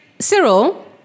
Cyril